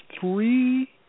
three